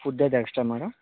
food అయితే extra madam